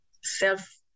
self